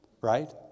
right